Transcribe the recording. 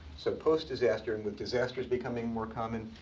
so, post-disaster. and with disasters becoming more common,